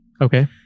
okay